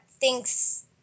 thinks